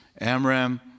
Amram